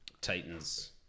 Titans